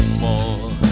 more